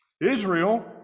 Israel